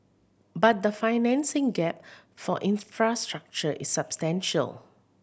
but the financing gap for infrastructure is substantial